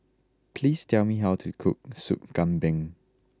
please tell me how to cook Sup Kambing